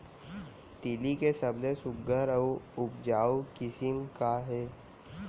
तिलि के सबले सुघ्घर अऊ उपजाऊ किसिम का हे?